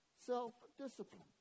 Self-discipline